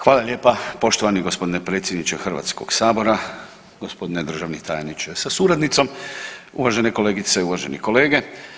Hvala lijepa poštovani gospodine predsjedniče Hrvatskoga sabora, gospodine državni tajniče sa suradnicom, uvažene kolegice, uvaženi kolege.